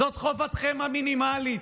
זאת חובתכם המינימלית.